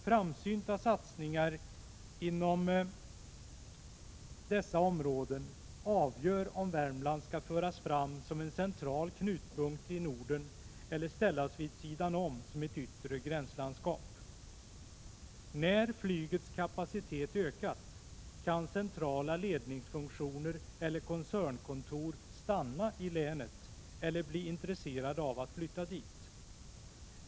Framsynta satsningar inom dessa områden avgör om Värmland skall föras fram som en central knutpunkt i Norden eller ställas vid sidan om som ett yttre gränslandskap. När flygets kapacitet ökas kan centrala ledningsfunktioner eller koncernkontor stanna i länet eller bli intresserade av att flytta dit.